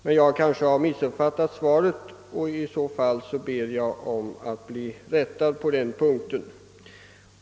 Men jag har kanske missuppfattat svaret och ber att i så fall bli rättad på den punkten.